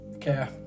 care